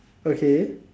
okay